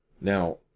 Now